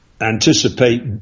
anticipate